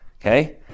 Okay